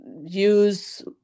use